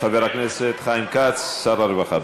חבר הכנסת חיים כץ, שר הרווחה.